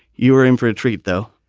you were in for a treat, though.